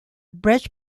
bridge